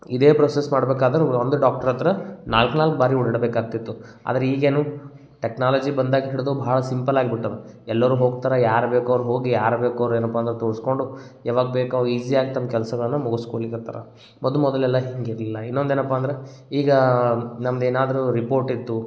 ಇದೇ ಪ್ರೋಸೆಸ್ ಮಾಡಬೇಕಾದ್ರೂ ಒಂದು ಡಾಕ್ಟ್ರ ಹತ್ತಿರ ನಾಲ್ಕು ನಾಲ್ಕು ಬಾರಿ ಓಡಾಡಬೇಕಾಗ್ತಿತ್ತು ಆದ್ರೆ ಈಗೇನು ಟೆಕ್ನಾಲಜಿ ಬಂದಾಗ ಹಿಡಿದು ಭಾಳ ಸಿಂಪಲಾಗ್ಬಿಟ್ಟದೆ ಎಲ್ಲರೂ ಹೋಗ್ತಾರೆ ಯಾರು ಬೇಕೋ ಅವ್ರು ಹೋಗಿ ಯಾರು ಬೇಕೋ ಅವ್ರು ಏನಪ್ಪ ಅಂದ್ರೆ ತೋರಿಸ್ಕೊಂಡು ಯಾವಾಗ ಬೇಕೋ ಅವಾಗ ಈಝಿಯಾಗಿ ತಮ್ಮ ಕೆಲಸಗಳನ್ನ ಮುಗಿಸ್ಕೊಳ್ಲಿಕತ್ತರ ಮೊದ ಮೊದಲೆಲ್ಲ ಹಿಂಗೆ ಇರಲಿಲ್ಲ ಇನ್ನೊಂದು ಏನಪ್ಪ ಅಂದ್ರೆ ಈಗ ನಮ್ದು ಏನಾದರೂ ರಿಪೋರ್ಟ್ ಇತ್ತು